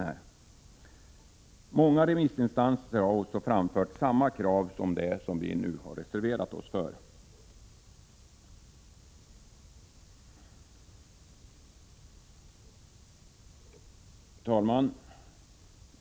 Dessutom har många remissinstanser framfört samma krav som det vi nu har reserverat oss för.